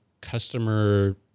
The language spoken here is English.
customer